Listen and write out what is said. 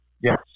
Yes